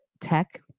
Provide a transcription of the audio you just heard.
tech